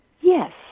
Yes